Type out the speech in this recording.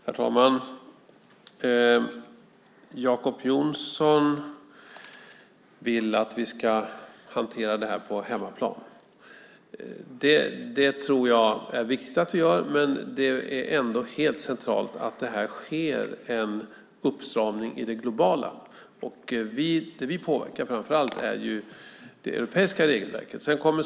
Herr talman! Jacob Johnson vill att vi ska hantera det här på hemmaplan. Jag tror att det är viktigt att vi gör det, men det är helt centralt att det sker en uppstramning globalt. Det vi framför allt påverkar är ju det europeiska regelverket.